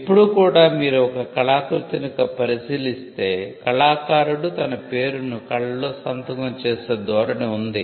ఇప్పుడు కూడా మీరు ఒక కళాకృతిని పరిశీలిస్తే కళాకారుడు తన పేరును కళలో సంతకం చేసే ధోరణి ఉంది